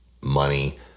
money